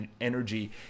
energy